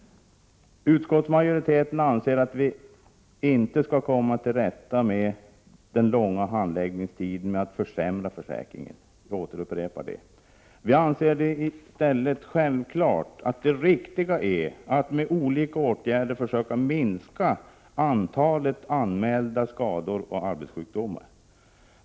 Utskottsmajoriteten anser att vi inte skall försöka komma till rätta med de långa handläggningstiderna genom att försämra försäkringen. Jag upprepar det. Vi anser det i stället vara självklart att man med olika åtgärder försöker minska antalet anmälda arbetsskador och arbetssjukdomar.